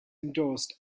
endorsed